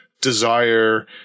desire